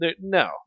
no